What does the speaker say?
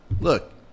Look